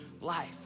life